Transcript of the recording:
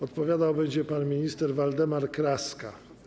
Odpowiadał będzie pan minister Waldemar Kraska.